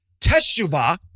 teshuvah